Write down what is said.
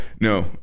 no